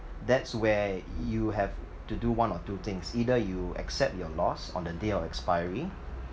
that's where you have to do one of two things either you accept your loss on the day of expiry